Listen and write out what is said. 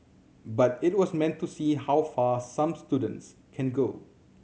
but it was meant to see how far some students can go